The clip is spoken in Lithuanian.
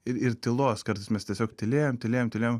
ir ir tylos kartais mes tiesiog tylėjom tylėjom tylėjom